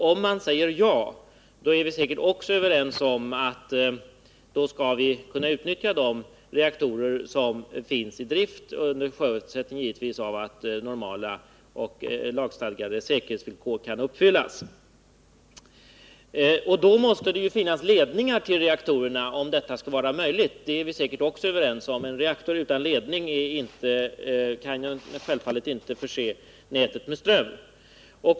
Om man säger ja, är vi säkert också överens om att då skall vi kunna utnyttja de reaktorer som finns i drift, under förutsättning givetvis att normala och lagstadgade säkerhetsvillkor kan uppfyllas. Om detta skall vara möjligt måste det finnas ledningar till reaktorerna. Det är vi säkert också överens om. En reaktor utan ledning kan självfallet inte förse nätet med ström.